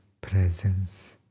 presence